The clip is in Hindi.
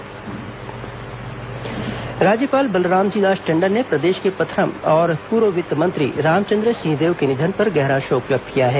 सिंहदेव निधन शोक राज्यपाल बलरामजी दास टंडन ने प्रदेश के प्रथम और पूर्व वित्त मंत्री रामचंद्र सिंहदेव के निधन पर गहरा शोक व्यक्त किया है